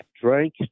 drank